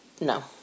no